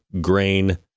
grain